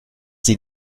sie